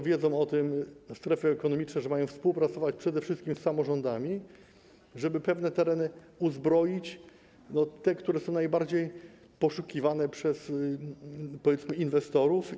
Wiedzą o tym strefy ekonomiczne, że mają współpracować przede wszystkim z samorządami, żeby pewne tereny uzbroić, te, które są najbardziej poszukiwane przez inwestorów.